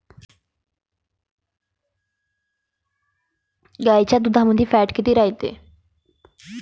गाईच्या दुधामंदी फॅट किती रायते?